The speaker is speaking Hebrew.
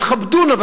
יתכבדו נא,